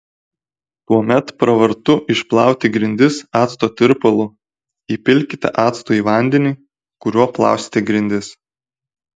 tuomet pravartu išplauti grindis acto tirpalu įpilkite acto į vandenį kuriuo plausite grindis